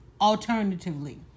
alternatively